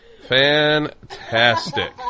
fantastic